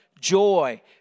joy